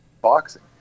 boxing